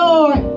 Lord